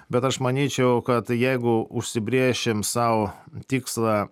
bet aš manyčiau kad jeigu užsibrėšim sau tikslą